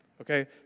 okay